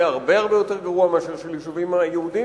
הרבה הרבה יותר גרוע משל היישובים היהודיים.